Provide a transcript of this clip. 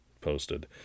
posted